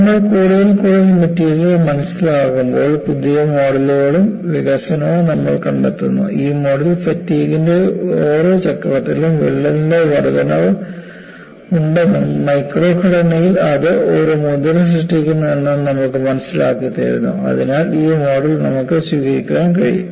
നമ്മൾ കൂടുതൽ കൂടുതൽ മെറ്റീരിയൽ മനസ്സിലാക്കുമ്പോൾ പുതിയ മോഡലുകളുടെ വികസനവും നമ്മൾ കണ്ടെത്തുന്നു ഈ മോഡൽ ഫാറ്റിഗ്ൻറെ ഓരോ ചക്രത്തിലും വിള്ളലിന്റെ വർദ്ധനവ് ഉണ്ടെന്നും മൈക്രോ ഘടനയിൽ അത് ഒരു മുദ്ര സൃഷ്ടിക്കുന്നു എന്നും നമുക്ക് മനസ്സിലാക്കിത്തരുന്നു അതിനാൽ ഈ മോഡൽ നമുക്ക് സ്വീകരിക്കാൻ കഴിയും